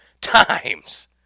times